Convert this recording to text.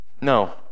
No